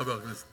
חבר הכנסת כהן.